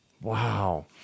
Wow